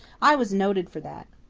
i was noted for that.